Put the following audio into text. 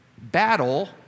battle